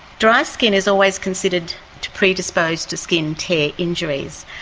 dry skin is always considered to predispose to skin tear injuries,